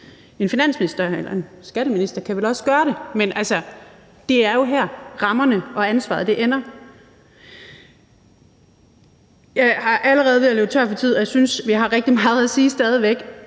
En finansminister eller en skatteminister kan vel også gøre det, men det er jo her, rammerne og ansvaret ligger. Jeg er allerede ved at løbe tør for tid, men jeg synes, vi stadig væk har rigtig meget at sige.